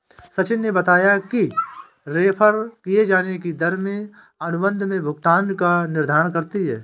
सचिन ने बताया कि रेफेर किये जाने की दर में अनुबंध में भुगतान का निर्धारण करती है